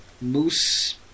Moose